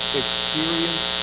experience